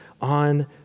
on